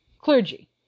Clergy